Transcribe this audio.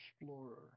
explorer